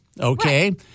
okay